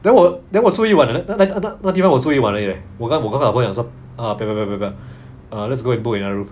then 我 then 我住一晚那那个那个地方我住一晚而已 leh 我跟我跟他们讲说不要不要不要 err let's go and book another room